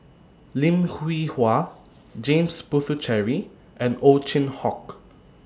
Lim Hwee Hua James Puthucheary and Ow Chin Hock